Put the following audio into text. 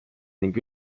ning